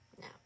No